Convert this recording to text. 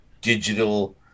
digital